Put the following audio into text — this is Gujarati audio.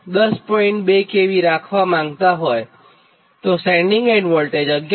2 kV રાખવા માંગતા હોય તો સેન્ડીંગ એન્ડ વોલ્ટેજ 11